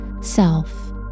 self